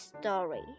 story